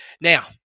Now